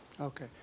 Okay